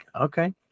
Okay